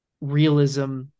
realism